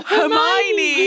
Hermione